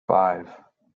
five